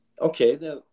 Okay